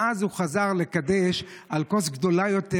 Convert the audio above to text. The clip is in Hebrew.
ואז הוא חזר לקדש על כוס גדולה יותר.